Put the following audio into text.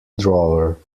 drawer